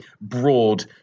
broad